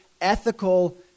ethical